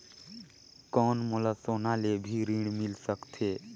कौन मोला सोना ले भी ऋण मिल सकथे?